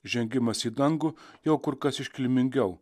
žengimas į dangų jau kur kas iškilmingiau